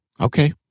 Okay